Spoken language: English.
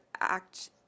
act